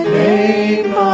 name